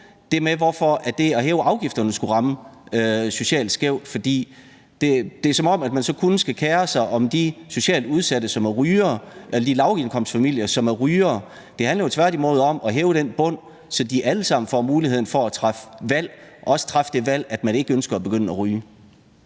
forstå, hvorfor det at hæve afgifterne skulle ramme socialt skævt, for det er, som om man kun skal kere sig om de socialt udsatte eller de lavindkomstfamilier, som er rygere. Det handler jo tværtimod om at hæve den bund, så de alle sammen får muligheden for at træffe valg, også at træffe det valg, at man ikke ønsker at begynde at ryge.